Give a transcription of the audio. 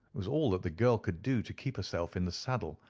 it was all that the girl could do to keep herself in the saddle,